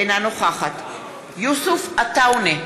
אינה נוכחת יוסף עטאונה,